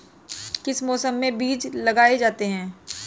किस मौसम में बीज लगाए जाते हैं?